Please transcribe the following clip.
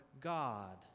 God